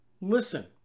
Listen